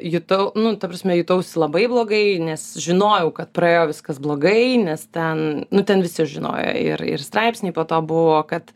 jutau nu ta prasme jutausi labai blogai nes žinojau kad praėjo viskas blogai nes ten nu ten visi žinojo ir ir straipsniai po to buvo kad